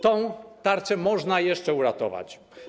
Tę tarczę można jeszcze uratować.